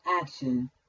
action